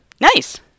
Nice